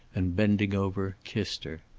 and bending over, kissed her.